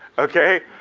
okay?